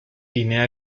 guinea